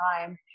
time